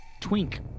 Twink